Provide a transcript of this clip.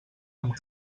amb